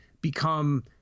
become